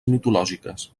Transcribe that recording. mitològiques